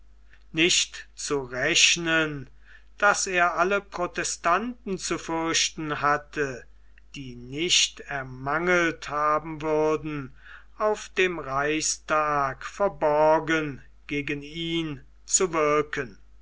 nicht zu rechnen daß er alle protestanten zu fürchten hatte die nicht ermangelt haben würden auf dem reichstag verborgen gegen ihn zu wirken